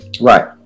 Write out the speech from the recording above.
Right